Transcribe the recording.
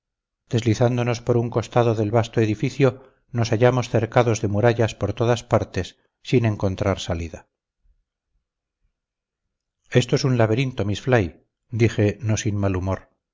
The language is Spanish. deslizándonos por un costado del vasto edificio nos hallamos cercados de murallas por todas partes sin encontrar salida esto es un laberinto miss fly dije no sin mal humor